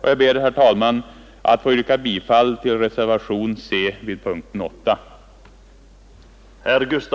Herr talman! Jag ber att få yrka bifall till reservationen C vid punkten 8.